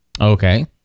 Okay